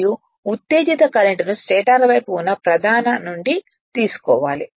మరియు ఉత్తేజిత కరెంట్ ని స్టేటర్ వైపు ఉన్న మెయిన్ నుండి తీసుకోవాలి